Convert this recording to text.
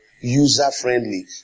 user-friendly